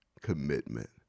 commitment